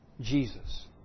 Jesus